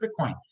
Bitcoin